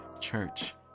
church